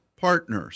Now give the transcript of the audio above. partners